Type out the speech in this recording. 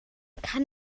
kann